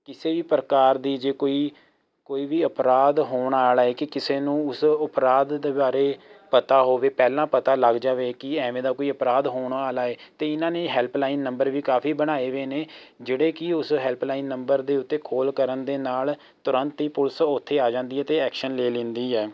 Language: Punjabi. ਕਿਸੇ ਵੀ ਪ੍ਰਕਾਰ ਦੀ ਜੇ ਕੋਈ ਕੋਈ ਵੀ ਅਪਰਾਧ ਹੋਣ ਵਾਲਾ ਹੈ ਕਿ ਕਿਸੇ ਨੂੰ ਉਸ ਅਪਰਾਧ ਦੇ ਬਾਰੇ ਪਤਾ ਹੋਵੇ ਪਹਿਲਾਂ ਪਤਾ ਲੱਗ ਜਾਵੇ ਕਿ ਏਵੇ ਦਾ ਕੋਈ ਅਪਰਾਧ ਹੋਣ ਵਾਲਾ ਹੈ ਅਤੇ ਇਹਨਾਂ ਨੇ ਹੈਲਪਲਾਈਨ ਨੰਬਰ ਵੀ ਕਾਫੀ ਬਣਾਏ ਵੇ ਨੇ ਜਿਹੜੇ ਕਿ ਉਸ ਹੈਲਪਲਾਈਨ ਨੰਬਰ ਦੇ ਉੱਤੇ ਖੋਲ੍ਹ ਕਰਨ ਦੇ ਨਾਲ ਤੁਰੰਤ ਹੀ ਪੁਲਿਸ ਉੱਥੇ ਆ ਜਾਂਦੀ ਹੈ ਅਤੇ ਐਕਸ਼ਨ ਲੈ ਲੈਂਦੀ ਹੈ